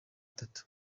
itatu